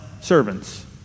servants